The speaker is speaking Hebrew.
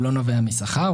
הוא לא נובע משכר,